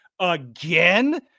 again